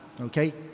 Okay